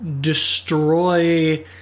destroy